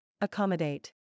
Accommodate